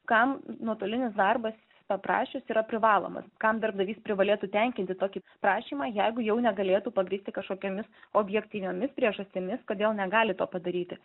kam nuotolinis darbas paprašius yra privalomas kam darbdavys privalėtų tenkinti tokį prašymą jeigu jau negalėtų pagrįsti kažkokiomis objektyviomis priežastimis kodėl negali padaryti